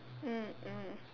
mm mm